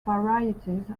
varieties